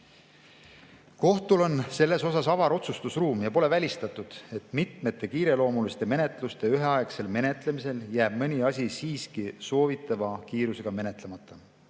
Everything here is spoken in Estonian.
Kohtul on selles osas avar otsustusruum ja pole välistatud, et mitmete kiireloomuliste menetluste üheaegsel menetlemisel jääb mõni asi siiski soovitava kiirusega menetlemata.